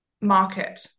market